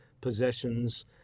possessions